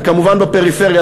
וכמובן בפריפריה,